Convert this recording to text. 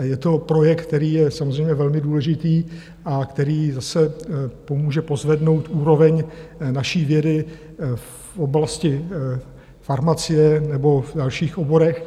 Je to projekt, který je samozřejmě velmi důležitý a který zase pomůže pozvednout úroveň naší vědy v oblasti farmacie nebo v dalších oborech.